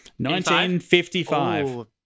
1955